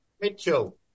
Mitchell